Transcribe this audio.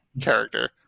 character